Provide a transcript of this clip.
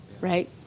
right